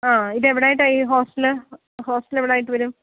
ആ ഇതെവിടെ ആയിട്ടാണ് ഈ ഹോസ്റ്റല് ഹോസ്റ്റൽ എവിടെ ആയിട്ട് വരും